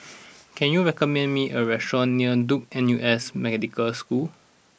can you recommend me a restaurant near Duke N U S Medical School